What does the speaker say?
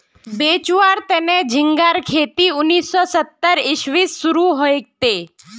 बेचुवार तने झिंगार खेती उन्नीस सौ सत्तर इसवीत शुरू हले